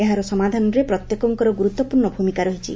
ଏହାର ସମାଧାନରେ ପ୍ରତ୍ୟେକଙ୍କର ଗୁରୁତ୍ୱପୂର୍ଣ୍ଣ ଭୂମିକା ରହିଛି